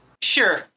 Sure